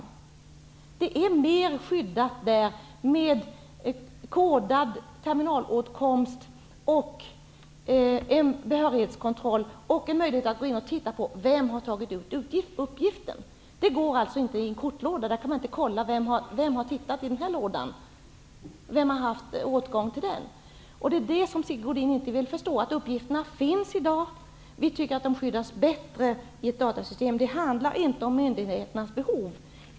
Uppgifterna är mer skyddade i dataregistret med kodad terminalåtkomst, behörighetskontroll och möjlighet att gå in och se efter vem som tagit ut uppgifter. Sådant kan man inte kontrollera i en kortlåda. Det är detta Sigge Godin inte vill förstå. Uppgifterna finns ju i dag, men vi tycker att de skyddas bättre i ett datasystem. I den delen handlar det inte om myndigheternas behov.